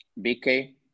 BK